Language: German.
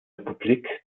republik